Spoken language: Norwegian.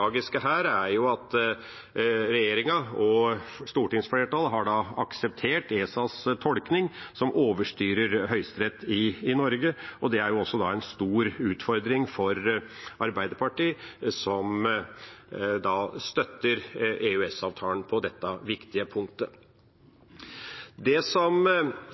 tragiske her er at regjeringa og stortingsflertallet har akseptert ESAs tolkning, som overstyrer Høyesterett i Norge. Det er en stor utfordring for Arbeiderpartiet, som støtter EØS-avtalen på dette viktige punktet. Det som